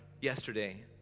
yesterday